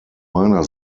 meiner